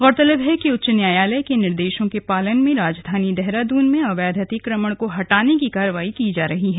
गौरतलब है कि उच्च न्यायालय के निर्देशों के पालन में राजधानी देहरादून में अवैध अतिक्रमण को हटाने की कार्रवाई की जा रही है